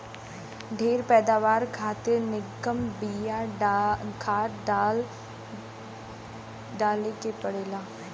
ढेर पैदावार खातिर निमन बिया खाद डाले के पड़ेला